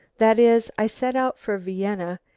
that is, i set out for vienna,